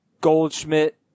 Goldschmidt